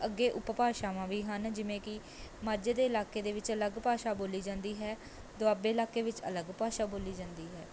ਅੱਗੇ ਉਪਭਾਸ਼ਾਵਾਂ ਵੀ ਹਨ ਜਿਵੇਂ ਕਿ ਮਾਝੇ ਦੇ ਇਲਾਕੇ ਦੇ ਵਿੱਚ ਅਲੱਗ ਭਾਸ਼ਾ ਬੋਲੀ ਜਾਂਦੀ ਹੈ ਦੁਆਬੇ ਇਲਾਕੇ ਵਿੱਚ ਅਲੱਗ ਭਾਸ਼ਾ ਬੋਲੀ ਜਾਂਦੀ ਹੈ